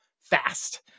fast